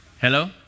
Hello